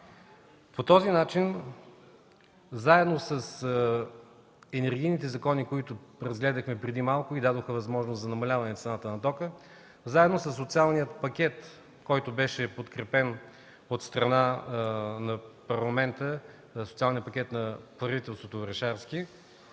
По този начин заедно с енергийните закони, които разгледахме преди малко и дадоха възможност за намаляване цената на тока, заедно със социалния пакет, който беше подкрепен от страна на Парламента – на правителството Орешарски,